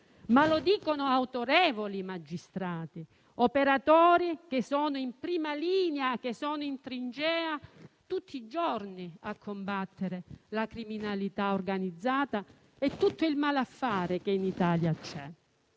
Lo dicono autorevoli magistrati e operatori che sono in prima linea, in trincea tutti i giorni a combattere la criminalità organizzata e tutto il malaffare presenti in Italia.